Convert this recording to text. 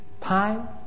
time